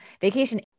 vacation